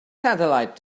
satellite